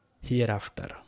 Hereafter